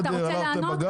הלכת לבג"צ?